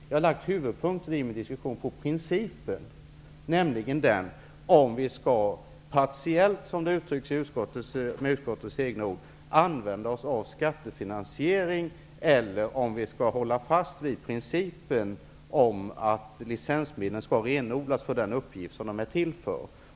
Jag har lagt huvudvikten vid principen, nämligen om vi -- partiellt, som utskottet säger -- skall använda oss av skattefinansiering eller om vi skall hålla fast vid principen att licensmedlen renodlat skall användas för den uppgift som de är till för.